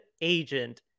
agent